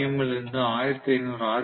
M ல் இருந்து 1500 R